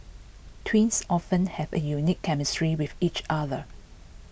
twins often have a unique chemistry with each other